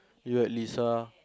you had Lisa